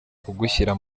kugushyira